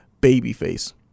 babyface